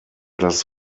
das